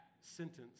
sentence